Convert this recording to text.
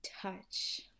touch